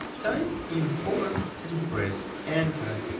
type import and press enter.